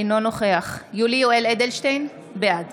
אינו נוכח יולי יואל אדלשטיין, בעד